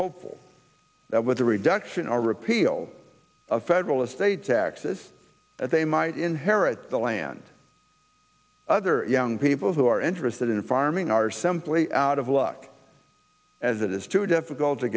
hopeful that with a reduction a repeal of federal estate taxes that they might inherit the land other young people who are interested in farming are simply out of luck as it is too difficult to